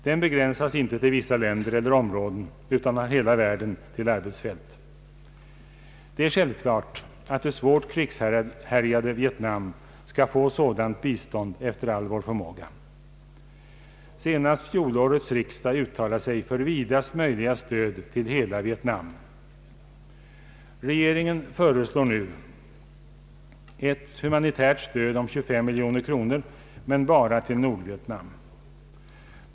Den begränsas inte till vissa länder eller områden, utan har hela världen till arbetsfält. Det är självklart att det svårt krigshärjade Vietnam skall få sådant bistånd efter all vår förmåga. Senast fjolårets riksdag uttalade sig för vidast möjliga stöd till hela Vietnam. Regeringen föreslår nu ett humanitärt stöd om 25 miljoner kronor, men bara till Nordvietnam.